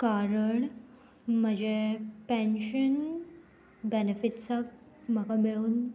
कारण म्हजें पेन्शन बेनिफिट्सांक म्हाका मेळून